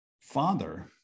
father